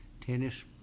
tennis